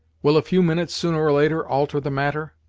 will a few minutes, sooner or later, alter the matter?